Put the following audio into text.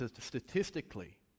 statistically